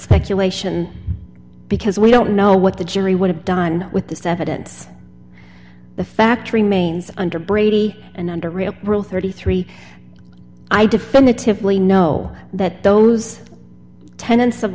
speculation because we don't know what the jury would have done with this evidence the fact remains under brady and under real rule thirty three i definitively know that those tenants of